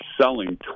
selling